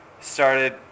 started